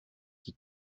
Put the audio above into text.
qui